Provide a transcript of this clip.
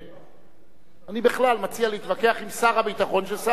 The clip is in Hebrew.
בכלל מציע להתווכח עם שר הביטחון כששר הביטחון יהיה פה,